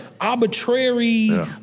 arbitrary